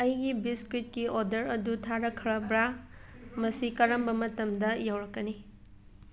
ꯑꯩꯒꯤ ꯕꯤꯁꯀ꯭ꯋꯤꯠꯒꯤ ꯑꯣꯗꯔ ꯑꯗꯨ ꯊꯥꯔꯛꯈ꯭ꯔꯕ꯭ꯔꯥ ꯃꯁꯤ ꯀꯔꯝꯕ ꯃꯇꯝꯗ ꯌꯧꯔꯛꯀꯅꯤ